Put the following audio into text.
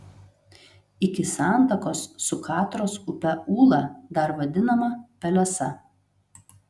iki santakos su katros upe ūla dar vadinama pelesa